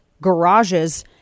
garages